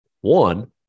one